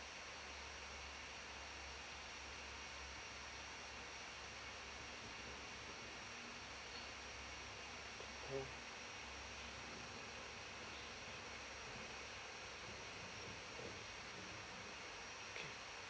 mm